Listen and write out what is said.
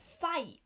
fight